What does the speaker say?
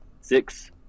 six